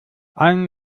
einen